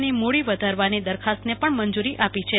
ની મૂડી વધારવાની દરખાસ્તને પણ મંજુરી અપાઈ હતી